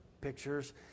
pictures